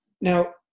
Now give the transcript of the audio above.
Now